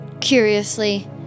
curiously